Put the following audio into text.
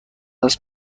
است